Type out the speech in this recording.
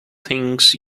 things